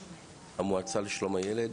המועצה לשלום הילד.